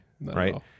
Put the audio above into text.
right